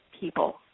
people